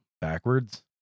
backwards